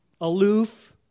aloof